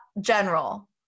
general